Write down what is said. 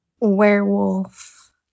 Werewolf